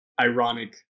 ironic